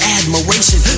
admiration